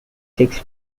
six